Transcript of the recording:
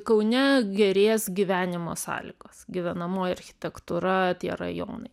kaune gerės gyvenimo sąlygos gyvenamoji architektūra tie rajonai